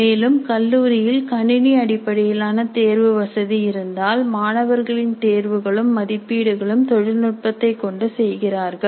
மேலும் கல்லூரியில் கணினி அடிப்படையிலான தேர்வு வசதி இருந்தால் மாணவர்களின் தேர்வுகளும் மதிப்பீடுகளும் தொழில்நுட்பத்தைக் கொண்டு செய்கிறார்கள்